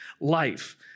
life